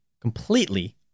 completely